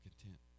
content